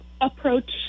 approach